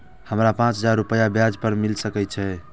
हमरा पाँच हजार रुपया ब्याज पर मिल सके छे?